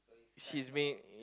she's being